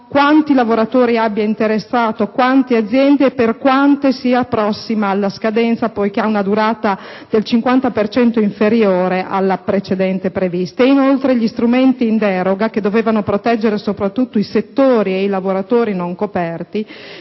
quanti lavoratori abbia interessato, quante aziende e per quante essa sia prossima alla scadenza, poiché ha una durata del 50 per cento inferiore a quella precedentemente prevista. Inoltre, quanto agli strumenti in deroga, che dovevano proteggere soprattutto i settori e i lavoratori non coperti,